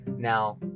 Now